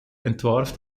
entwarf